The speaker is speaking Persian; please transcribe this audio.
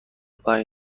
پنج